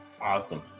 Awesome